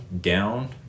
down